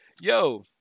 yo